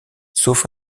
sauf